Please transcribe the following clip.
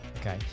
Okay